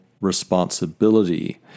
responsibility